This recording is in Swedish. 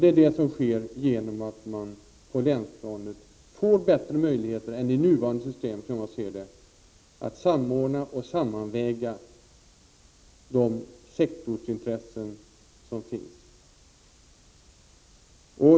Det är det som uppnås genom att man på länsplanet får bättre möjligheter än i det nuvarande systemet att samordna och sammanväga de sektorsintressen som finns.